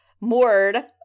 moored